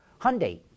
Hyundai